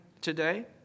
today